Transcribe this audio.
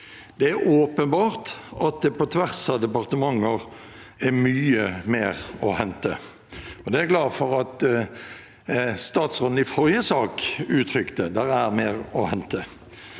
Det er åpenbart at det på tvers av departementer er mye mer å hente, og det er jeg glad for at statsråden i forrige sak uttrykte. Takk til saksordføreren